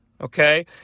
Okay